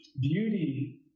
beauty